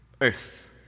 Earth